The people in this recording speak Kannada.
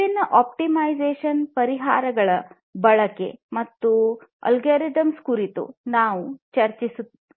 ವಿಭಿನ್ನ ಆಪ್ಟಿಮೈಸೇಶನ್ ಪರಿಹಾರಗಳ ಬಳಕೆ ಮತ್ತು ವಿಭಿನ್ನ ಅಲ್ಗೊರಿದಮ್ ಗಳನ್ನು ಕುರಿತು ನಾವು ಚರ್ಚಿಸುತ್ತಿದ್ದೇವೆ